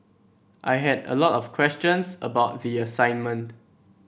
I had a lot of questions about the assignment